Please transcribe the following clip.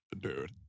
dude